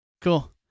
cool